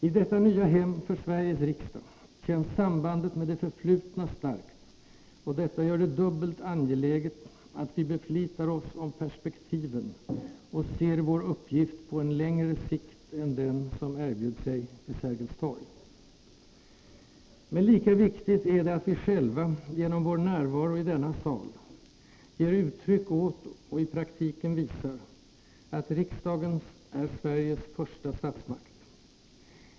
I detta nya hem för Sveriges riksdag känns sambandet med det förflutna starkt och detta gör det dubbelt angeläget att vi beflitar oss om perspektiven och ser vår uppgift på en längre sikt än den som erbjöd sig vid Sergels torg. Men lika viktigt är det att vi själva genom vår närvaro i denna sal ger uttryck åt, och i praktiken visar, att riksdagen är Sveriges första statsmakt.